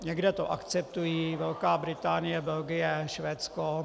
Někde to akceptují Velká Británie, Belgie, Švédsko.